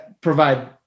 provide